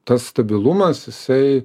tas stabilumas jisai